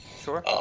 Sure